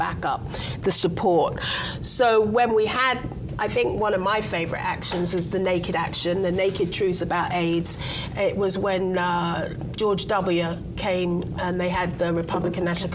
back up the support so when we had i think one of my favorite actions was the naked action the naked truth about aids it was when george w came and they had the republican national